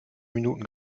minuten